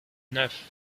neuf